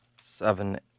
seven